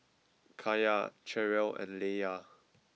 Kaya Cherrelle and Laylah